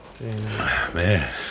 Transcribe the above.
Man